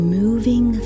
moving